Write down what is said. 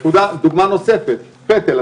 דוגמה נוספת, פטל.